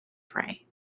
pray